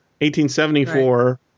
1874